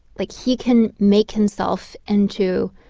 like he can make himself into